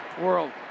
world